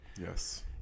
Yes